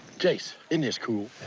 jase, isn't this cool?